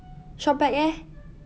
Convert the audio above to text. ShopBack eh